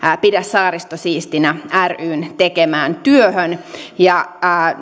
pidä saaristo siistinä ryn tekemään työhön ja